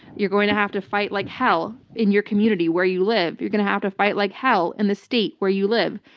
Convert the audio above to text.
you're going to have to fight like hell in your community where you live. you're going to have to fight like hell in the state where you live.